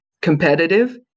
competitive